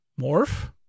morph